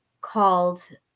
called